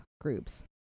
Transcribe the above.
groups